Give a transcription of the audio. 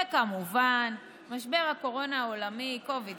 וכמובן משבר הקורונה העולמי, 19-Covid,